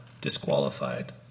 disqualified